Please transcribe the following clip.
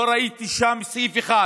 לא ראיתי שם סעיף אחד